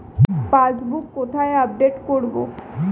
Passbook কোথায় update করব?